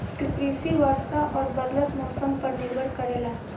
कृषि वर्षा और बदलत मौसम पर निर्भर करेला